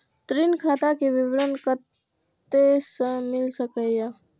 ऋण खाता के विवरण कते से मिल सकै ये?